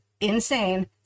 insane